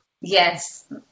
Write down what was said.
Yes